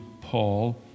Paul